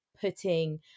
putting